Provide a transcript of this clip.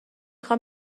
خوام